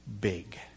big